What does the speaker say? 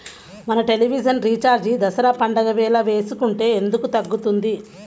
మన television recharge Dasara పండగ వేళ వేసుకుంటే ఎందుకు తగ్గుతుంది?